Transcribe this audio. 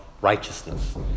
righteousness